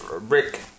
Rick